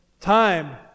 time